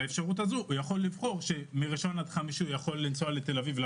באפשרות הזו הוא יכול לבחור לנסוע לתל אביב מראשון עד